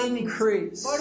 Increase